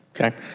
Okay